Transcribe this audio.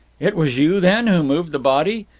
it was you, then, who moved the body!